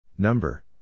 Number